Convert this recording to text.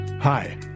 Hi